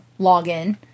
login